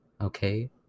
okay